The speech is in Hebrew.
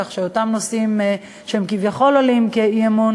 כך שאותם נושאים שהם כביכול עולים כאי-אמון